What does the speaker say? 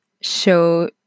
show